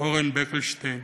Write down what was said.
אורן בלנקשטיין,